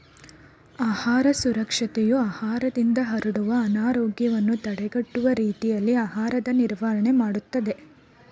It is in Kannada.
ಆಹಾರ ಸುರಕ್ಷತೆಯು ಆಹಾರದಿಂದ ಹರಡುವ ಅನಾರೋಗ್ಯವನ್ನು ತಡೆಗಟ್ಟುವ ರೀತಿಯಲ್ಲಿ ಆಹಾರದ ನಿರ್ವಹಣೆ ಮಾಡ್ತದೆ